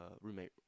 roommate